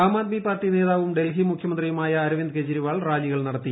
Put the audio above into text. ആം അദ്മി പാർട്ടി നേതാവും ഡൽഹി മുഖ്യമന്ത്രിയുമായ അരവിന്ദ് കെജ്രിവാൾ റാലികൾ നടത്തി